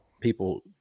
people